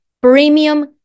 premium